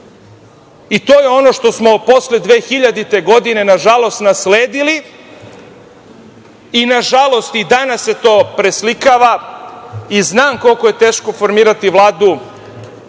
je ono što smo posle 2000. godine nažalost, nasledili i nažalost i danas se to preslikava. Znam koliko je teško formirati Vladu